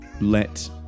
let